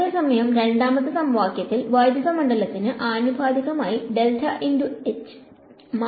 അതേസമയം രണ്ടാമത്തെ സമവാക്യത്തിൽ വൈദ്യുത മണ്ഡലത്തിന് ആനുപാതികമായ മാറ്റത്തിന്റെ നിരക്ക് ഉണ്ട്